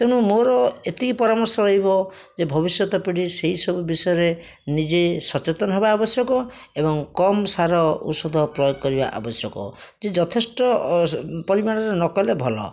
ତେଣୁ ମୋର ଏତିକି ପରାମର୍ଶ ରହିବ ଯେ ଭବିଷ୍ୟତ ପିଢ଼ି ସେହି ସବୁ ବିଷୟରେ ନିଜେ ସଚେତନ ହେବା ଆବଶ୍ୟକ ଏବଂ କମ୍ ସାର ଔଷଧ ପ୍ରୟୋଗ କରିବା ଆବଶ୍ୟକ ଯେ ଯଥେଷ୍ଟ ପରିମାଣରେ ନକଲେ ଭଲ